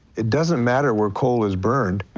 it doesn't matter where coal is burned.